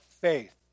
faith